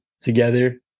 together